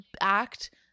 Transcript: act –